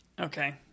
Okay